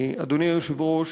אדוני היושב-ראש,